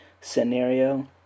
scenario